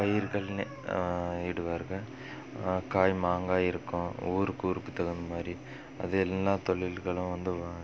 பயிர்கள் இடுவார்கள் காய் மாங்காய் இருக்கும் ஊருக்கு ஊருக்கு தகுந்த மாதிரி அது எல்லா தொழில்களும் வந்து வ